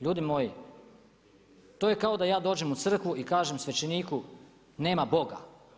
Ljudima moji, to je kao da ja dođem u crkvu i kažem svećeniku, nema Boga.